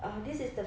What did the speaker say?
uh this is the